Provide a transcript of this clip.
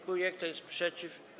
Kto jest przeciw?